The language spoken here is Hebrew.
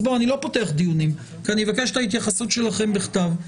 אני לא פותח דיון אלא אני אבקש לקבל את ההתייחסות שלכם בכתב.